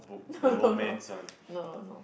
no no no no no no